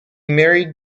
married